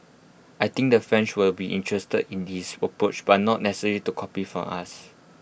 I think the French will be interested in this approach but not necessarily to copy from us